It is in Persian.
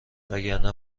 وگرنه